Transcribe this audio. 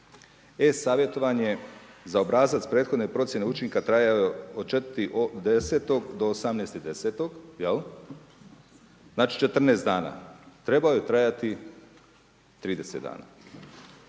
e-savjetovanje za obrazac prethodne procjene učinka, trajao je od 4.10. do 18.10. znači 14 dana, trebao je trajati 30 dana.